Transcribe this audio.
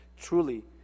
truly